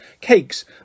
Cakes